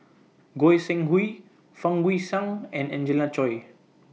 Goi Seng Hui Fang Guixiang and Angelina Choy